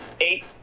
eight